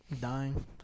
dying